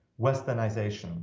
westernization